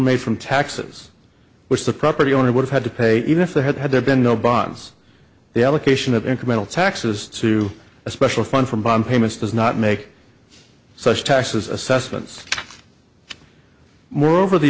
made from taxes which the property owner would have had to pay even if they had had there been no bonds the allocation of incremental taxes to a special fund from bond payments does not make such taxes assessments moreover the